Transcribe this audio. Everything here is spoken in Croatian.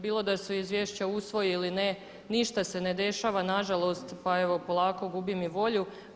Bilo da se izvješće usvoji ili ne ništa se ne dešava na žalost, pa evo polako gubim i volju.